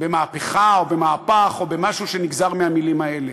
במהפכה, או במהפך, או במשהו שנגזר מהמילים האלה.